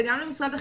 וגם למשרד החינוך,